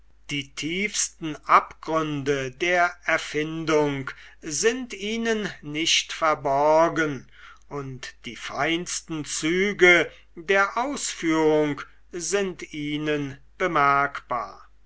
die tiefsten abgründe der erfindung sind ihnen nicht verborgen und die feinsten züge der ausführung sind ihnen bemerkbar